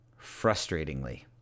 frustratingly